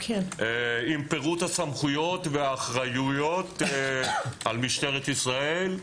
עם פירוט הסמכויות והאחריות על משטרת ישראל,